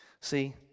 See